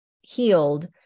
healed